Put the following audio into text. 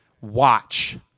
watch